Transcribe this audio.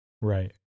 Right